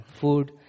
food